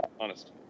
Honest